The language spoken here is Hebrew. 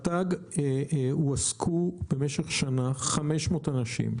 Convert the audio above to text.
ברשות הטבע והגנים הועסקו במשך שנה 500 אנשים,